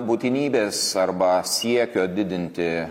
būtinybės arba siekio didinti